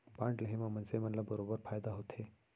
bond लेहे म मनसे मन ल बरोबर फायदा होथे